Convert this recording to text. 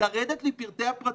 מלרדת לפרטי הפרטים.